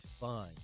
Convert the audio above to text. fine